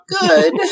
good